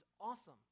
awesome